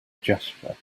gesture